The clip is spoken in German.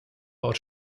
war